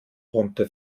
brummte